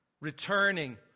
Returning